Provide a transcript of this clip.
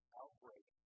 outbreak